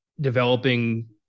Developing